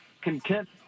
content